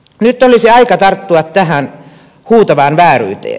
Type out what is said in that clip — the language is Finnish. nyt olisi aika tarttua tähän huutavaan vääryyteen